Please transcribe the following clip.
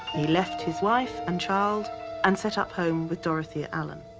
he left his wife and child and set up home with dorothea allen.